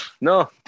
No